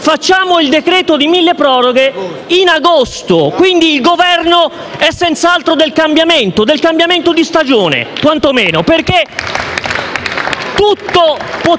facciamo il decreto milleproroghe in agosto. Quindi, il Governo è senz'altro del cambiamento, del cambiamento di stagione quantomeno. *(Applausi dal